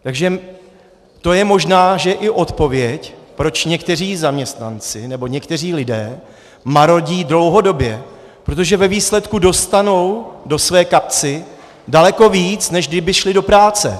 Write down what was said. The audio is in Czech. Takže to je možná i odpověď, proč někteří zaměstnanci nebo někteří lidé marodí dlouhodobě, protože ve výsledku dostanou do své kapsy daleko víc, než kdyby šli do práce.